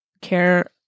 care